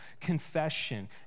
confession